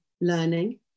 learning